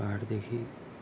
पहाडदेखि